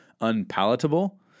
unpalatable